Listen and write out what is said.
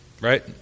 Right